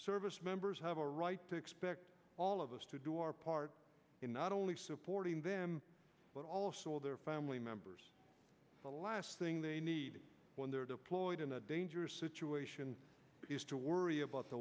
service members have a right to expect all of us to do our part in not only supporting them but also their family members the last thing they need when they're deployed in a dangerous situation is to worry about the